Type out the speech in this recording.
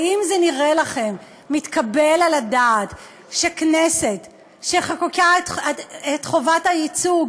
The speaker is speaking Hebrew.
האם זה נראה לכם מתקבל על הדעת שכנסת שחוקקה את חובת הייצוג,